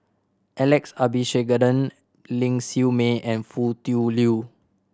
Alex Abisheganaden Ling Siew May and Foo Tui Liew